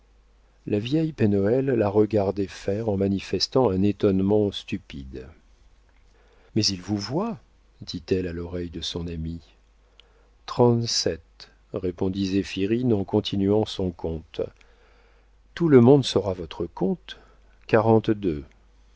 la vieille pen hoël la regardait faire en manifestant un étonnement stupide mais ils vous voient dit-elle à l'oreille de son amie trente-sept répondit zéphirine en continuant son compte tout le monde saura votre compte